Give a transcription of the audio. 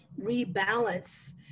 rebalance